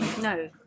no